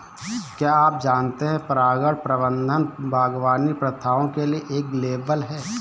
क्या आप जानते है परागण प्रबंधन बागवानी प्रथाओं के लिए एक लेबल है?